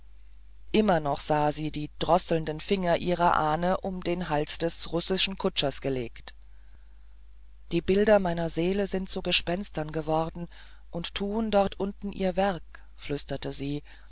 immer noch sah sie die drosselnden finger ihrer ahne um den hals des russischen kutschers gelegt die bilder meiner seele sind zu gespenstern geworden und tun dort unten ihr werk fühlte sie